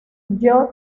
john